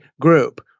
group